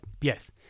Yes